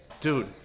dude